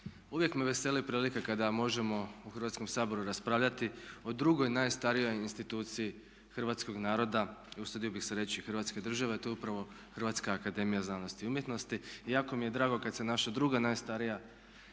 uvijek me veseli prilika kada možemo u Hrvatskom saboru raspravljati o drugoj najstarijoj instituciji hrvatskog naroda i usudio bi se reći hrvatske države a to je upravo Hrvatska akademija znanosti i umjetnosti. Jako mi je drago kad se naša druga najstarija institucija